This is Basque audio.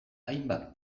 hainbat